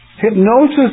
Hypnosis